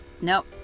Nope